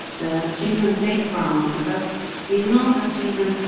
the children playground because we and know that children,